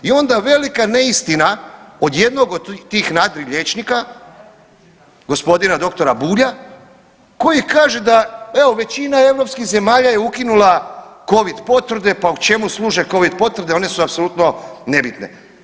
I onda velika neistina od jednog od tih nadriliječnika gospodina doktora Bulja koji kaže da evo većina europskih zemalja je ukinula covid potvrde, pa čemu služe covid potvrde, one su apsolutno nebitne.